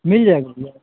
मिल जाएगा भैया